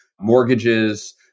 mortgages